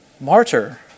martyr